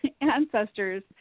ancestors